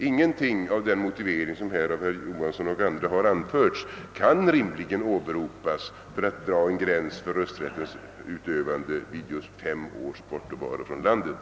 Ingenting av den motivering som här anförts av herr Johansson i Trollhättan och andra kan rimligen åberopas för att dra en gräns för rösträttens utövande vid just fem års bortovaro från landet.